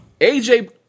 AJ